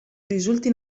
risulti